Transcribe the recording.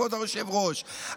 כבוד היושב-ראש,